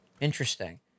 Interesting